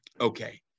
Okay